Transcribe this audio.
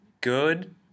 good